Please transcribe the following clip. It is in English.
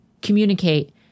communicate